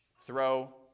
throw